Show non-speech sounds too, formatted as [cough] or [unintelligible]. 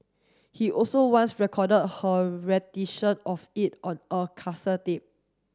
he also once record her rendition of it on a [unintelligible]